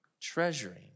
treasuring